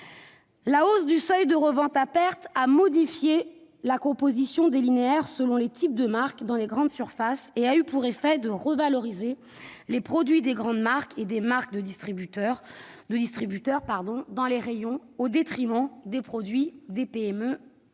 La hausse du seuil de revente à perte a modifié la composition des linéaires selon les types de marque dans les grandes surfaces et a eu pour effet de revaloriser les produits des grandes marques et sous marques de distributeurs dans les rayons au détriment des produits des PME